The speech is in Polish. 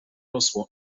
rosło